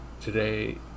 Today